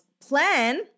plan